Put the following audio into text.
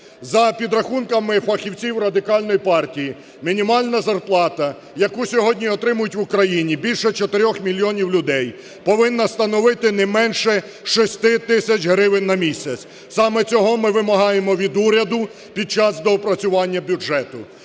За підрахунками фахівців Радикальної партії, мінімальна зарплата, яку сьогодні отримують в Україні більше 4 мільйонів людей, повинна становити не менше 6 тисяч гривень на місяць. Саме цього ми вимагаємо від уряду під час доопрацювання бюджету.